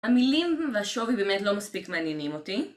המילים והשובי באמת לא מספיק מעניינים אותי